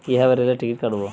কিভাবে রেলের টিকিট কাটব?